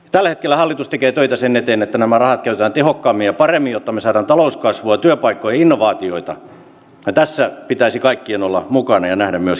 tällä hetkellä hallitus tekee töitä sen eteen että nämä rahat käytetään tehokkaammin ja paremmin jotta me saamme talouskasvua työpaikkoja innovaatioita ja tässä pitäisi kaikkien olla mukana ja nähdä myöskin tämä hyvä